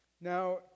Now